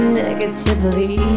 negatively